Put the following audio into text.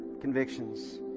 convictions